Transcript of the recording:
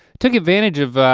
took advantage of,